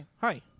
Hi